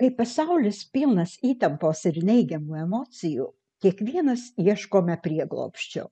kai pasaulis pilnas įtampos ir neigiamų emocijų kiekvienas ieškome prieglobsčio